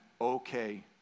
okay